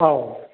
औ